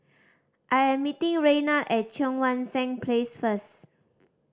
I am meeting Raynard at Cheang Wan Seng Place first